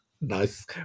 Nice